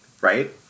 right